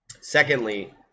secondly